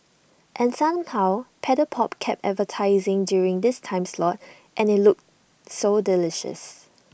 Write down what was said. and somehow Paddle pop kept advertising during this time slot and IT looked so delicious